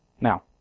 Now